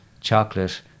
chocolate